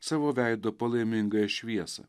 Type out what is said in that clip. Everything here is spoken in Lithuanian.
savo veido palaimingąją šviesą